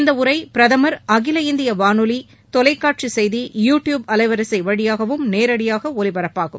இந்த உரை பிரதமர் அகில இந்திய வானொலி தொலைக்காட்சி செய்தி யூ டியூப் அலைவரிசை வழியாகவும் நேரடியாக ஒலிபரப்பாகும்